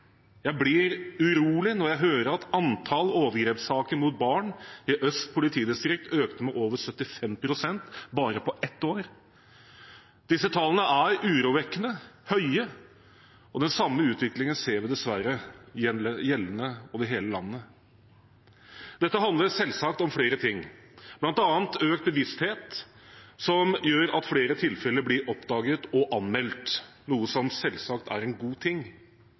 Jeg blir urolig når jeg hører at antall overgrepssaker mot barn i Øst politidistrikt økte med over 75 pst. på bare ett år. Disse tallene er urovekkende høye, og den samme utviklingen ser vi dessverre over hele landet. Dette handler selvsagt om flere ting, bl.a. økt bevissthet, som gjør at flere tilfeller blir oppdaget og anmeldt, noe som selvsagt er en god ting.